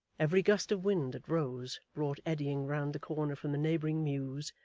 every gust of wind that rose, brought eddying round the corner from the neighbouring mews,